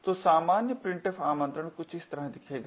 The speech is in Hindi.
तो सामान्य printf आमंत्रण कुछ इस तरह दिखेगा